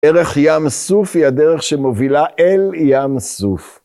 דרך ים סוף היא הדרך שמובילה אל ים סוף.